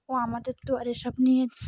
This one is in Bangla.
ও আমাদের তো আর এসব নিয়ে